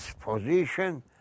position